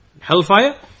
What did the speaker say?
hellfire